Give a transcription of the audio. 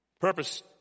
Purpose